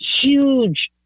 huge